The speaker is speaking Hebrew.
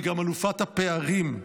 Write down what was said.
היא גם אלופת הפערים.